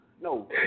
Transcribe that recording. No